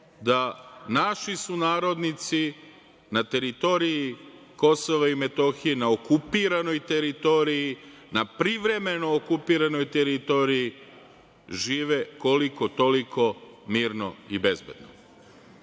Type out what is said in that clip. da naši sunarodnici na teritoriji Kosova i Metohije, na okupiranoj teritoriji, na privremeno okupiranoj teritoriji žive koliko toliko mirno i bezbedno. Što